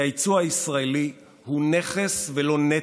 היצוא הישראלי הוא נכס ולא נטל.